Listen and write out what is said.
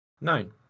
Nine